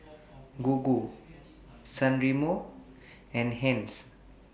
Gogo San Remo and Heinz